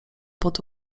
pod